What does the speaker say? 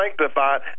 sanctified